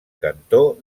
cantó